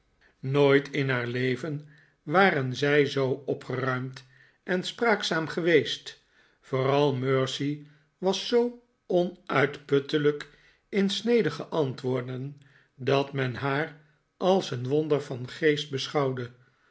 nooit in haar leven waren zij zoo opgeruimd en spraakzaam geweest vooral mercy was zoo onuitputtelijk in snedige antwoorden dat men haar als een wonder van geest beschouwde